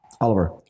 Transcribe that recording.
Oliver